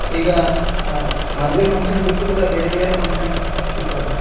ಈಗ ಮದುವೆ ಫಂಕ್ಷನ್ ಬಿಟ್ಟು ಕೂಡ ಬೇರೆ ಬೇರೆ ಫಂಕ್ಷನ್ ಸಿಗ್ತದೆ